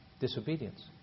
Disobedience